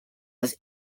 was